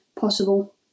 possible